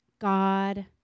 God